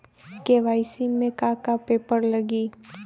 KYC में का का पेपर लगी?